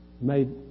made